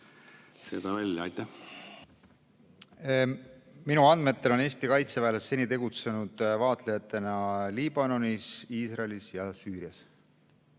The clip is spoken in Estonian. seda välja. Minu andmetel on Eesti kaitseväelased seni tegutsenud vaatlejatena Liibanonis, Iisraelis ja Süürias.